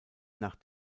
nach